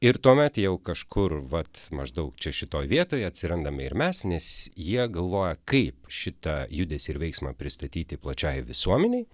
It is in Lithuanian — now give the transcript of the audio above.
ir tuomet jau kažkur vat maždaug čia šitoj vietoj atsirandame ir mes nes jie galvoja kaip šitą judesį ir veiksmą pristatyti plačiajai visuomenei